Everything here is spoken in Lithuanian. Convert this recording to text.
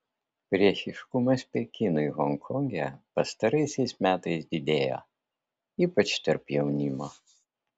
priešiškumas pekinui honkonge pastaraisiais metais didėjo ypač tarp jaunimo